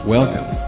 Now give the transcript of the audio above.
Welcome